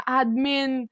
admin